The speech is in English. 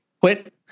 quit